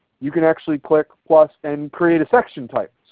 you can actually click plus and create a section type.